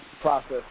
process